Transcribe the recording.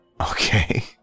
Okay